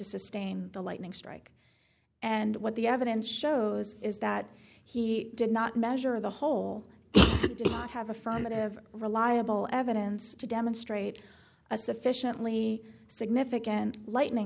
sustain the lightning strike and what the evidence shows is that he did not measure the hole have affirmative reliable evidence to demonstrate a sufficiently significant lightning